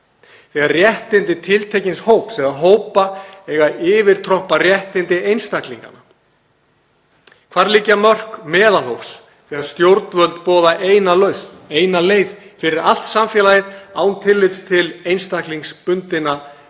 þegar réttindi tiltekins hóps eða hópa eiga að yfirtrompa réttindi einstaklinganna? Hvar liggja mörk meðalhófs þegar stjórnvöld boða eina lausn, eina leið fyrir allt samfélagið án tillits til einstaklingsbundinna